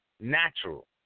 natural